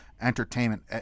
entertainment –